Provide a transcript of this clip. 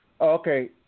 Okay